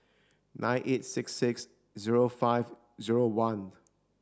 nine eight six six zero five zero one